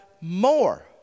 more